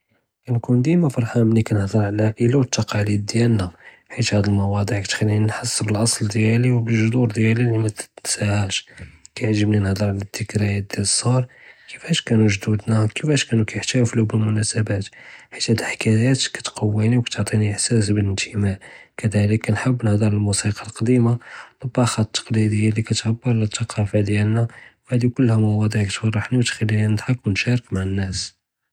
כּנכון דִימָא פרחאן מלִי כּנהדר עלא אלעאאִלה וּאלתּקאלִיד דִיאַלנָא, חִית האד אלמוּאצּוּעַאת כּתְכלִינִי נחס בּלאצל דִיאלי וּבּאלגְ'דוּר דִיאַלִי לִי מתּתסהאש, כּיַעזבּנִי נהדר עלא אלדּכְּריַאת דִיאַל אלצּגְ'ר כִּיפאש כָּנוּ גְ'דוּדנָא כִּיפאש כָּנוּ כּיְחְתאפלוּ בּאלמנאאסבּאת, חִית האד אלחְקָאיָאת כּתְקּוִינִי וּכּתְעטִינִי אלאִחְסאס בּאלאִנתִמאא, כּדָאלִכּ כּנחבּ נהדר עלא אלמוסִיקָּא אלקְּדִימָה, אלטּבָּאחָה אלתּקְּלִידִיָה לִי כּתְעבּר עלא אלתּקָּאפָה דִיאַלנָא והאדִי כֻּלְהָא מוּאצּוּעַאת כּתְפרחנִי וּתְכלִינִי נדּחכּ וּנשָׁארכּ מע אלנָאס.